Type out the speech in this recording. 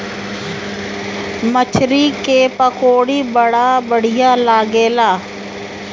मछरी के पकौड़ी बड़ा बढ़िया लागेला